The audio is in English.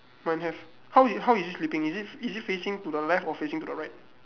mine have how is how is it sleeping is it is it facing to the left or facing to the right